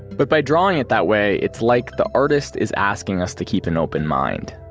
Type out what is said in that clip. but by drawing it that way, it's like the artist is asking us to keep an open mind.